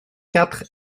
quatre